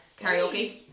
karaoke